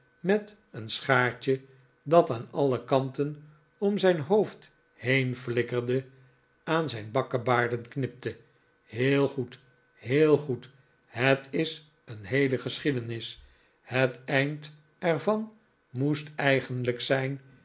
met een schaartje dat aan alle kanten om zijn hoofd heen flikkerde aan zijn bakkebaarden knipte heel goed heel goed het is een heele geschiedenis het eind er van moest eigenlijk zijn